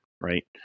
right